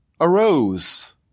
arose